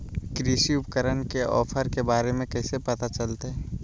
कृषि उपकरण के ऑफर के बारे में कैसे पता चलतय?